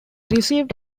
received